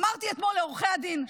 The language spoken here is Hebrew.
אמרתי אתמול לעורכי הדין,